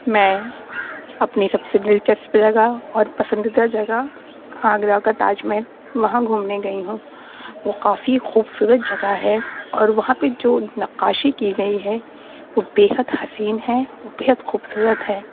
میں اپنی سب سے دلچسپ جگہ اور پسندیدہ جگہ آگرہ کا تاج محل وہاں گھومنے گئی ہوں وہ کافی خوبصورت جگہ ہے اور وہاں پہ جو نقاشی کی گئی ہے وہ بے حد حسین ہے بے حد خوبصورت ہے